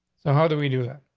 so how do we do that?